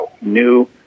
New